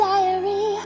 Diary